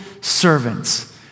servants